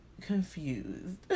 confused